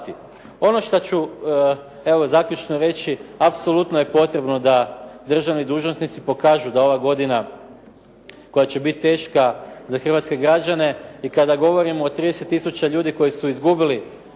Ono što ću evo zaključno reći, apsolutno je potrebno da državni dužnosnici pokažu da ova godina koja će biti teška za hrvatske građane i kada govorimo o 30 tisuća ljudi koji su izgubili